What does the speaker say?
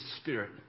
spirit